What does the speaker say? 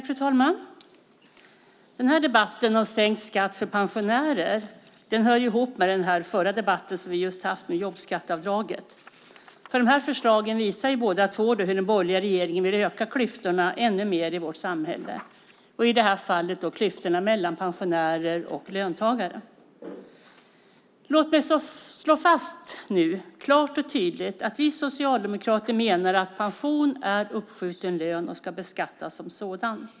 Fru talman! Den här debatten om sänkt skatt för pensionärer hänger ihop med den debatt som vi just har haft om jobbskatteavdraget. Dessa förslag visar båda två hur den borgerliga regeringen vill öka klyftorna ännu mer i vårt samhälle, i det här fallet mellan pensionärer och löntagare. Låt mig slå fast klart och tydligt att vi socialdemokrater menar att pension är uppskjuten lön och ska beskattas som sådan.